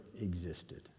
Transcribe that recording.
existed